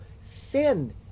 sin